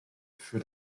für